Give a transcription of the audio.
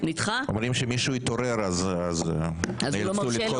אומרים שמישהו התעורר, אז נאלצו לדחות את ההצהרה.